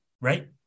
right